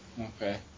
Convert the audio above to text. Okay